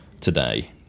today